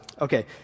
Okay